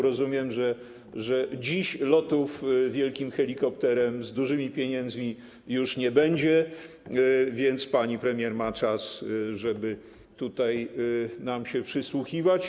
Rozumiem, że dziś lotów wielkim helikopterem z dużymi pieniędzmi już nie będzie, więc pani premier ma czas, żeby tutaj nam się przysłuchiwać.